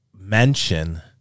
mention